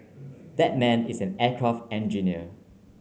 that man is an aircraft engineer